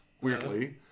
weirdly